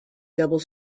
double